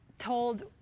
Told